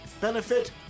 benefit